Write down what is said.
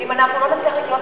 ואם אנחנו לא נצליח לקלוט